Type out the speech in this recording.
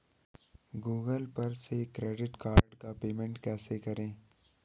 Google पर से credit card का पेमेंट कैसे करें?